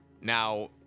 Now